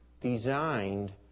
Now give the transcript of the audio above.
designed